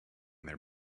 their